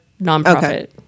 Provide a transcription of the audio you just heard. nonprofit